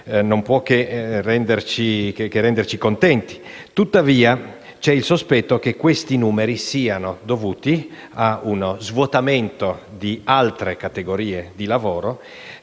non può che renderci contenti. Tuttavia, c'è il sospetto che questi numeri siano dovuti a uno svuotamento di altre categorie di lavoro,